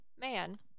man